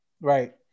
Right